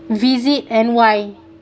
visit and why